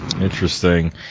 Interesting